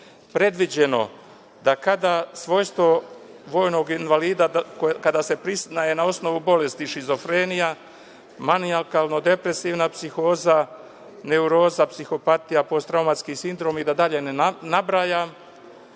predviđeno da kada se svojstvo ratnog vojnog invalida priznaje na osnovu bolesti šizofrenija, manijakalno depresivna psihoza, neuroza, psihopatija, posttraumatski sindrom i da dalje ne nabrajam,